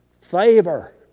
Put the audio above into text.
favor